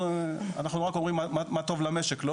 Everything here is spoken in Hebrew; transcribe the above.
אנחנו אומרים רק מה טוב למשק,